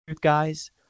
guys